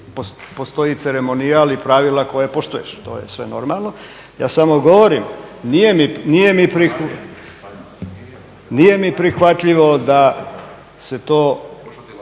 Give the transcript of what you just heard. postoji ceremonijal i pravila koje poštuješ. To je sve normalno. Ja samo govorim nije mi prihvatljivo da se to